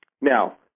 Now